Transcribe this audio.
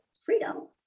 freedom